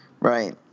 Right